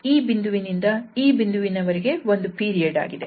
ಈ ಬಿಂದುವಿನಿಂದ ಈ ಬಿಂದುವಿನ ವರೆಗೆ ಒಂದು ಪೀರಿಯಡ್ ಆಗಿದೆ